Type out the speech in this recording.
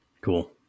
Cool